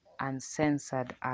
Uncensored